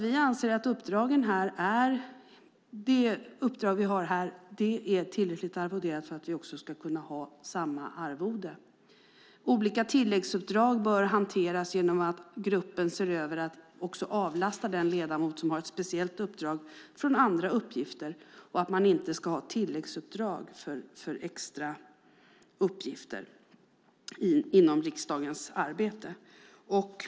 Vi anser också att det uppdrag vi har är tillräckligt arvoderat för att vi ska kunna ha samma arvode. Olika tilläggsuppdrag bör hanteras genom att gruppen ser till att avlasta den ledamot som har ett speciellt uppdrag från andra uppgifter. Man ska inte ha tilläggsarvode för extra uppgifter inom riksdagens arbete.